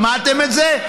שמעתם את זה?